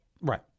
Right